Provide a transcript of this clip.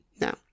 now